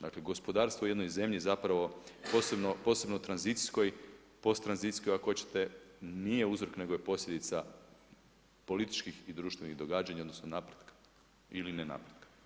Dakle, gospodarstvo u jednoj zemlji zapravo, posebno tranzicijskoj, posttranzicijskoj ako hoćete nije uzrok nego je posljedica političkih i društvenih događanja, odnosno napretka ili ne napretka.